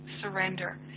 surrender